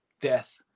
Death